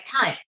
time